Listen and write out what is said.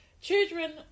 Children